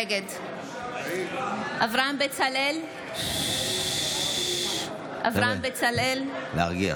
נגד אברהם בצלאל, אינו נוכח